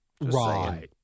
Right